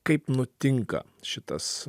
kaip nutinka šitas